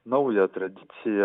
naują tradiciją